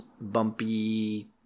bumpy